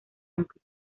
aunque